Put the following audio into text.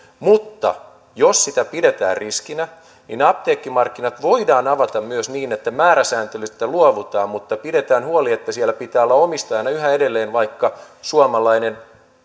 mutta jos sitä pidetään riskinä niin apteekkimarkkinat voidaan avata myös niin että määräsääntelystä luovutaan mutta pidetään huoli että siellä pitää olla omistajana yhä edelleen vaikka suomalainen